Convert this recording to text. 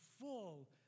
full